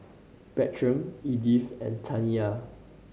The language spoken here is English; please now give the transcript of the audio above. Bertram Edythe and Taniya